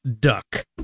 duck